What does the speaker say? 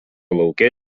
lauke